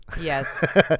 Yes